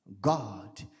God